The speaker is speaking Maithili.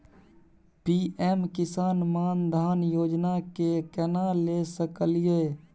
पी.एम किसान मान धान योजना के केना ले सकलिए?